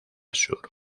sur